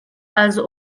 also